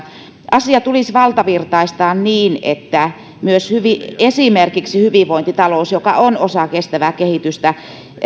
asia tulisi valtavirtaistaa niin että esimerkiksi hyvinvointitalous joka on osa kestävää kehitystä